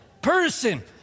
person